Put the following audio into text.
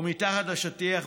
או מתחת לשטיח.